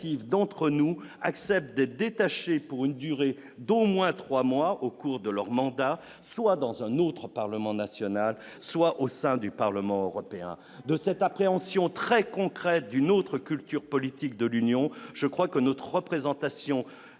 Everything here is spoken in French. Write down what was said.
d'entre nous accepte de détachés pour une durée d'au moins 3 mois au cours de leur mandat, soit dans un autre Parlement national soit au sein du Parlement européen de cette appréhension très concrète d'une autre culture politique de l'Union, je crois que notre représentation